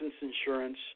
insurance